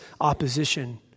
opposition